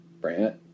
Brant